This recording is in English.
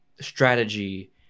strategy